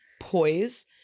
poise